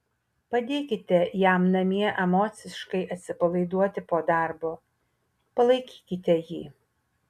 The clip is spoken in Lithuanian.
padėkite jam namie emociškai atsipalaiduoti po darbo palaikykite jį